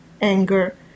anger